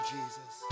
Jesus